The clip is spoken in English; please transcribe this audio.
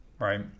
right